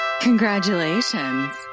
Congratulations